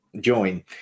join